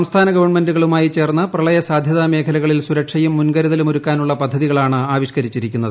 സംസ്ഥാന ഗവണ്മെന്റുകളുമായി ചേർന്ന് പ്രളയ സാധ്യതാ മേഖലകളിൽ സുരക്ഷയും മുൻകരുതലും ഒരുക്കാനുള്ള പദ്ധതികളാണ് ആവിഷ്ക്കരിച്ചിരിക്കുന്നത്